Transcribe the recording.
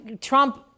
Trump